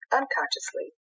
unconsciously